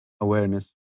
awareness